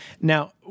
Now